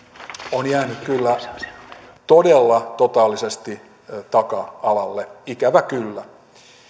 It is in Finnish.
on jäänyt kyllä todella totaalisesti taka alalle ikävä kyllä